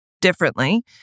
differently